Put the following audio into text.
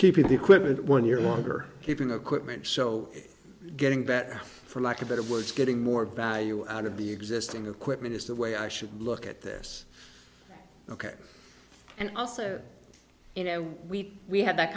keeping the equipment one year longer keeping a quit meant so getting better for like a better word getting more value out of the existing equipment is the way i should look at this ok and also you know we we had that